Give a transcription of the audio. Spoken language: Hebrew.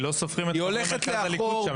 כי לא סופרים את חברי מרכז הליכוד שם,